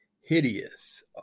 hideous